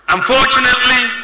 Unfortunately